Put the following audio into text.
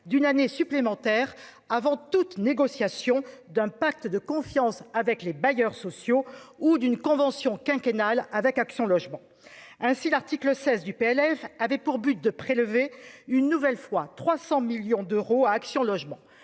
d'une année supplémentaire avant toute négociation d'un pacte de confiance avec les bailleurs sociaux ou d'une convention quinquennale avec Action Logement, ainsi, l'article 16 du PLF avait pour but de prélever une nouvelle fois 300 millions d'euros à Action Logement,